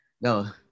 no